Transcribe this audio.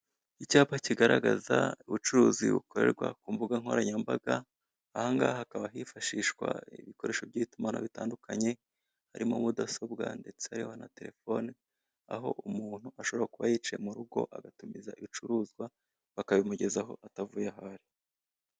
Icyapa kigaragaza ubucuruzi bukorerwa ku mbuga nkoranyambaga, aha ngaha hakaba hifashishwa ibikoresho by'itumanaho bitandukanye, harimo mudasobwa ndetse hariho na telefone aho umuntu ashobora kuba yicaye mu rugo agatumiza ibicuruzwa bakabimugezaho atavuye aho ari.